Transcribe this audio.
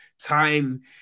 time